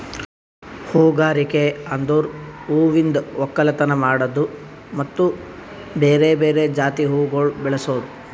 ಹೂಗಾರಿಕೆ ಅಂದುರ್ ಹೂವಿಂದ್ ಒಕ್ಕಲತನ ಮಾಡದ್ದು ಮತ್ತ ಬೇರೆ ಬೇರೆ ಜಾತಿ ಹೂವುಗೊಳ್ ಬೆಳಸದ್